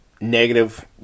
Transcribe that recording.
negative